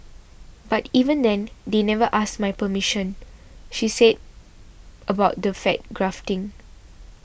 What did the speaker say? but even then they never asked my permission she said about the fat grafting